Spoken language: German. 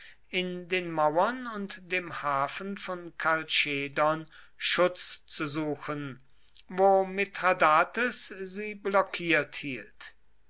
in den mauern und dem hafen von kalchedon schutz zu suchen wo mithradates sie blockiert hielt